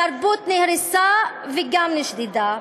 התרבות נהרסה וגם נשדדה.